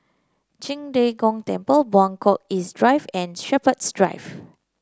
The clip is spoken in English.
Qing De Gong Temple Buangkok East Drive and Shepherds Drive